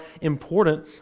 important